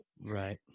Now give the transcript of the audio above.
Right